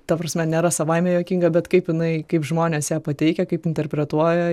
ta prasme nėra savaime juokinga bet kaip jinai kaip žmonės ją pateikia kaip interpretuoja